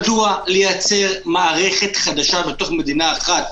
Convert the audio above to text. מדוע לייצר מערכת חדשה בתוך מדינה אחת?